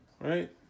right